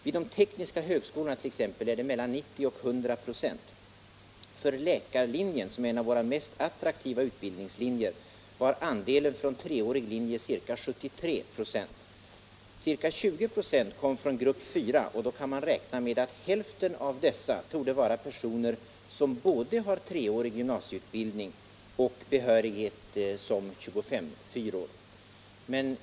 Vid de tekniska högskolorna rör det sig om mellan 90 och 100 926. För läkarlinjen, som är en av våra mest attraktiva utbildningslinjer, var andelen från treårig linje ca 73 96. Ca 20 96 kom från grupp 4, och då kan man räkna med att hälften av dessa är personer som har både treårig gymnasieutbildning bakom sig och behörighet som 25:4-or.